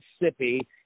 Mississippi